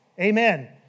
Amen